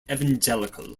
evangelical